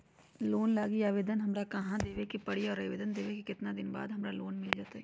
Loan लागी आवेदन हमरा कहां देवे के पड़ी और आवेदन देवे के केतना दिन बाद हमरा लोन मिल जतई?